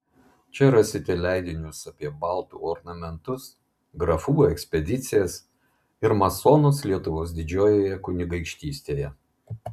čia rasite leidinius apie baltų ornamentus grafų ekspedicijas ir masonus lietuvos didžiojoje kunigaikštystėje